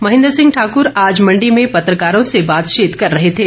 महेन्द्र सिंह ठाकर आज मंडी में पत्रकारों से बातचीत कर रहे थे